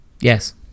Yes